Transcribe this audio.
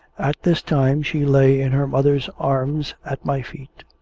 at this time, she lay in her mother's arms at my feet.